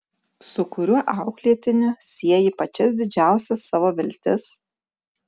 su kuriuo auklėtiniu sieji pačias didžiausias savo viltis